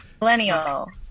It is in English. Millennial